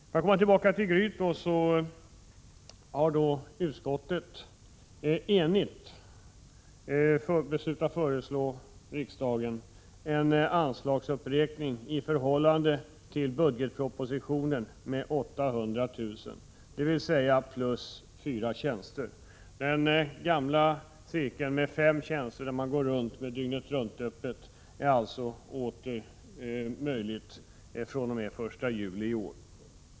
För att komma tillbaka till Gryt vill jag nämna att ett enhälligt utskott har beslutat föreslå riksdagen en anslagsuppräkning i förhållande till budgetpropositionen med 800 000 kr., dvs. plus fyra tjänster. Den gamla cirkeln med fem tjänster, där man går runt med dygnet-runt-öppet, är alltså åter möjlig fr.o.m. den 1 juli i år.